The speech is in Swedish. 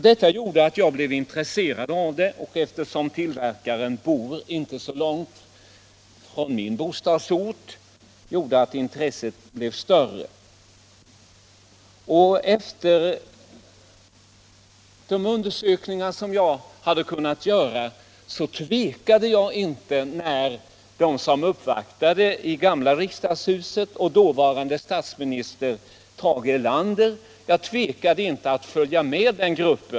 Detta gjorde att jag blev intresserad, och eftersom tillverkaren bor inte så långt från min bostadsort blev intresset större. Efter de undersökningar som jag hade kunnat göra tvekade jag inte att följa med den grupp som i gamla riksdagshuset uppvaktade dåvarande statsministern Tage Erlander.